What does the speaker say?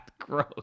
gross